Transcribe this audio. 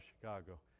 Chicago